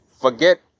forget